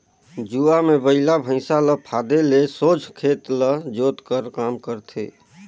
जुवा मे बइला भइसा ल फादे ले सोझ खेत ल जोत कर काम करथे